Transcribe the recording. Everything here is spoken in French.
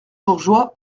bourgeois